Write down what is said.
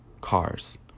cars